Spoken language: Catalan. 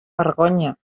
vergonya